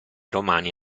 romani